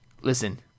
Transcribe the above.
listen